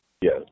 Yes